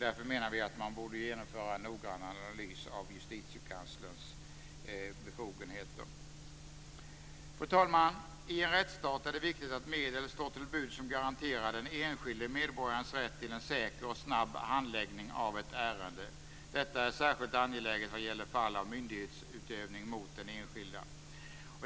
Därför menar vi att man borde genomföra en noggrann analys av Justitiekanslerns befogenheter. Fru talman! I en rättsstat är det viktigt att medel står till buds som garanterar den enskilde medborgarens rätt till en säker och snabb handläggning av ett ärende. Detta är särskilt angeläget vad gäller fall av myndighetsutövning mot den enskilde.